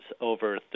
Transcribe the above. over